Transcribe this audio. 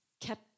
kept